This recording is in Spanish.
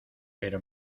pero